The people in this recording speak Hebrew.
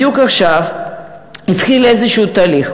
בדיוק עכשיו התחיל תהליך.